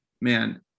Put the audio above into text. man